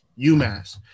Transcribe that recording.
UMass